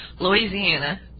Louisiana